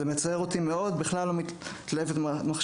זה מצער אותי מאוד, אני בכלל לא מתלהב מהמחשבה";